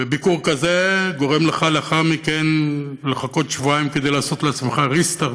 ביקור כזה גורם לך לאחר מכן לחכות שבועיים כדי לעשות לעצמך re-start,